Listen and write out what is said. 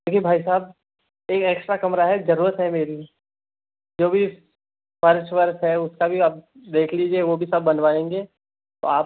देखिए भाई साब एक ऐक्स्ट्रा कमरा है ज़रूरत है मेरी जो भी फ़र्श वर्ष है उसका भी आप देख लीजिए वो भी सब बनवाएंगे तो आप